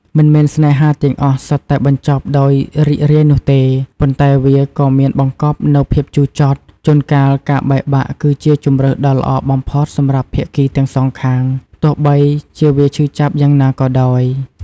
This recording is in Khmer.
មិនមែនស្នេហាទាំងអស់សុទ្ធតែបញ្ចប់ដោយរីករាយនោះទេ ប៉ុន្តែវាក៏មានបង្កប់នូវភាពជូរចត់ ជួនកាលការបែកបាក់គឺជាជម្រើសដ៏ល្អបំផុតសម្រាប់ភាគីទាំងសងខាង ទោះបីជាវាឈឺចាប់យ៉ាងណាក៏ដោយ។